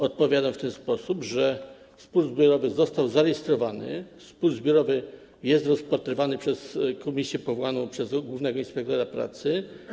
Odpowiadam w ten sposób, że spór zbiorowy został zarejestrowany i jest rozpatrywany przez komisję powołaną przez głównego inspektora pracy.